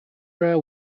rail